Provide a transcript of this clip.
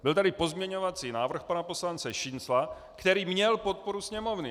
Byl tady pozměňovací návrh pana poslance Šincla, který měl podporu Sněmovny.